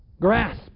Grasp